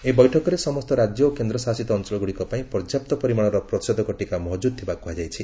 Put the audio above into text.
ଏହି ବୈଠକରେ ସମସ୍ତ ରାଜ୍ୟ ଓ କେନ୍ଦ୍ରଶାସିତ ଅଞ୍ଚଳଗୁଡ଼ିକ ପାଇଁ ପର୍ଯ୍ୟାପ୍ତ ପରିମାଣର ପ୍ରତିଷେଧକ ଟିକା ମହଜୁଦ ଥିବା କୁହାଯାଇଛି